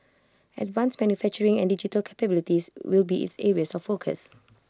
advanced manufacturing and digital capabilities will be its areas of focus